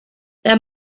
there